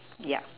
yeah